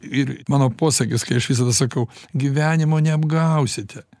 ir mano posakis kai aš visada sakau gyvenimo neapgausite